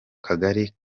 kagari